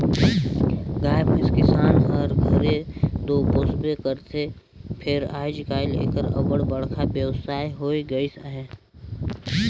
गाय भंइस किसान हर घरे दो पोसबे करथे फेर आएज काएल एकर अब्बड़ बड़खा बेवसाय होए गइस अहे